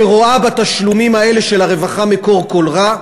שרואה בתשלומים האלה של הרווחה מקור כל רע.